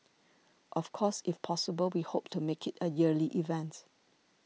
of course if possible we hope to make it a yearly event